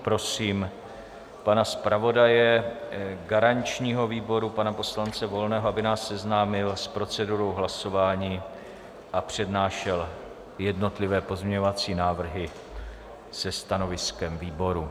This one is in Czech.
Prosím pana zpravodaje garančního výboru, poslance Volného, aby nás seznámil s procedurou hlasování a přednášel jednotlivé pozměňovací návrhy se stanoviskem výboru.